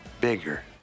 bigger